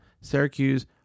Syracuse